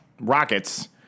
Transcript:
rockets